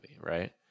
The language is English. right